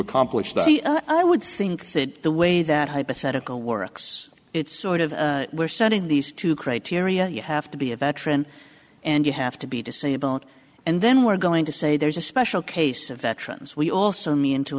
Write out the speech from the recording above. accomplish that i would think that the way that hypothetical works it's sort of we're setting these two criteria you have to be a veteran and you have to be disabled and then we're going to say there's a special case of veterans we also mean to